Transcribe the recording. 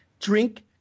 drink